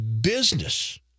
business